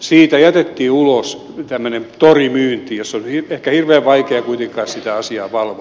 siitä jätettiin ulos tämmöinen torimyynti jossa on ehkä hirveän vaikea kuitenkaan sitä asiaa valvoa